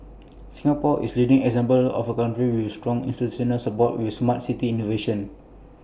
Singapore is leading example of A country with strong institutional support with Smart City innovation